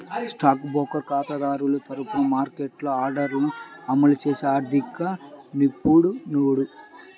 stock broker ఖాతాదారుల తరపున మార్కెట్లో ఆర్డర్లను అమలు చేసే ఆర్థిక నిపుణుడు